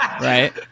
right